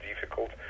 difficult